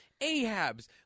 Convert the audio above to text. Ahabs